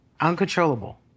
Uncontrollable